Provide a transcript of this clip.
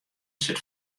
sit